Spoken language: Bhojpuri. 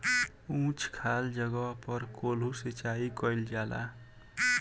उच्च खाल जगह पर कोल्हू सिचाई कइल जाला